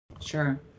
Sure